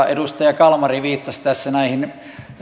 edustaja kalmari viittasi tässä näihin